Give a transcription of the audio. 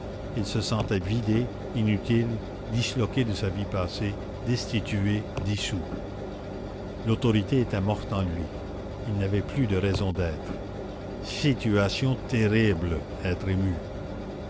il se sentait vidé inutile disloqué de sa vie passée destitué dissous l'autorité était morte en lui il n'avait plus de raison d'être situation terrible être ému